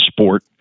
sport